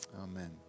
Amen